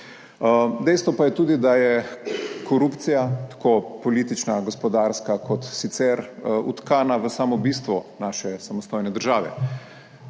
Dejstvo pa je tudi, da je korupcija tako politična, gospodarska, kot sicer vtkana v samo bistvo naše samostojne države.